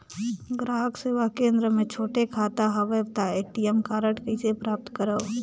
ग्राहक सेवा केंद्र मे छोटे खाता हवय त ए.टी.एम कारड कइसे प्राप्त करव?